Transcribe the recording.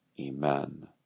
Amen